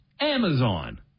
Amazon